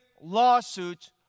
lawsuits